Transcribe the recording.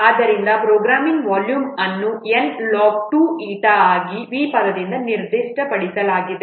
ಆದ್ದರಿಂದ program volume ಅನ್ನು Nlog2η ಆಗಿ V ಪದದಿಂದ ನಿರ್ದಿಷ್ಟಪಡಿಸಲಾಗಿದೆ